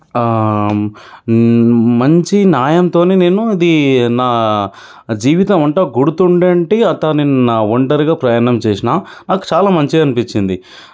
మంచి న్యాయంతోని నేను ఇది నా జీవితమంతా గుర్తుండేటి అతని నా ఒంటరిగా ప్రయాణం చేసాను నాకు చాలా మంచిగా అనిపించింది